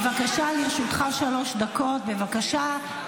לרשותך שלוש דקות, בבקשה.